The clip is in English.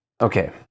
Okay